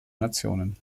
nationen